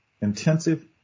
intensive